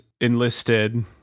enlisted